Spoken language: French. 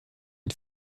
une